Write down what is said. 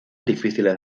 difíciles